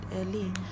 early